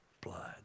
blood